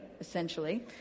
essentially